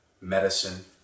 medicine